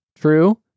True